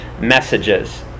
messages